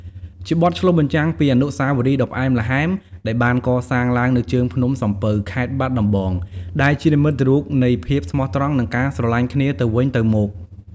ជាបទឆ្លុះបញ្ចាំងពីអនុស្សាវរីយ៍ដ៏ផ្អែមល្ហែមដែលបានកសាងឡើងនៅជើងភ្នំសំពៅ ខេត្តបាត់ដំបង ដែលជានិមិត្តរូបនៃភាពស្មោះត្រង់ និងការស្រឡាញ់គ្នាទៅវិញទៅមក។